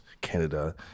Canada